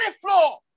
floor